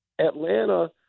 Atlanta